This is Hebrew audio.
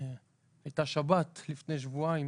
לפני שבועיים